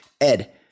Ed